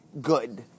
good